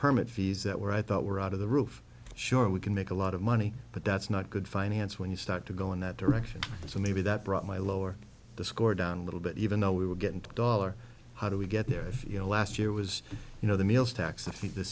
permit fees that were i thought were out of the roof sure we can make a lot of money but that's not good finance when you start to go in that direction so maybe that brought my lower score down a little bit even though we were getting to the dollar how do we get there if you know last year was you know the meals tax